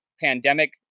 pandemic